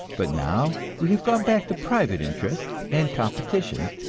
but now we have gone back to private interest and competition,